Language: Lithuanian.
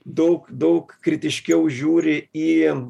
daug daug kritiškiau žiūri į